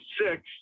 six